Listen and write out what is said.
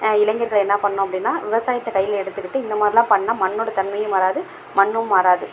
இளைஞர்கள் என்ன பண்ணணும் அப்படின்னா விவசாயத்தை கையில் எடுத்துக்கிட்டு இந்தமாதிரிலாம் பண்ணால் மண்ணோடய தன்மையும் மாறாது மண்ணும் மாறாது